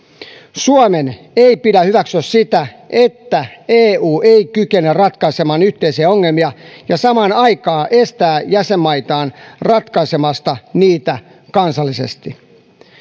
suomen ei pidä hyväksyä sitä että eu ei kykene ratkaisemaan yhteisiä ongelmia ja samaan aikaan estää jäsenmaitaan ratkaisemasta niitä kansallisesti